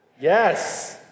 Yes